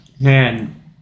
man